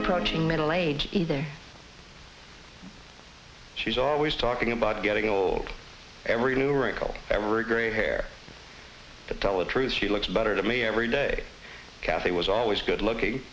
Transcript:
approaching middle age is there she's always talking about getting old every new wrinkle every grey hair tell the truth she looks better to me every day kathy was always good looking